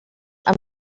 amb